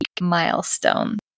milestone